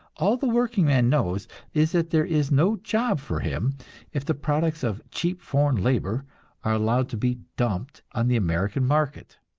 all the workingman knows is that there is no job for him if the products of cheap foreign labor are allowed to be dumped on the american market.